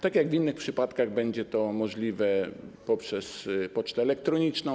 Tak jak w innych przypadkach będzie to możliwe poprzez pocztę elektroniczną.